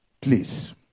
please